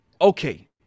okay